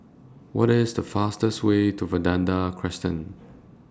What IS The fastest Way to Vanda Crescent